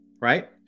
Right